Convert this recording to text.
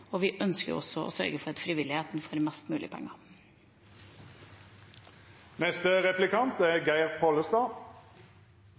Norge. Vi ønsker også å sørge for at frivilligheten får mest mulig penger.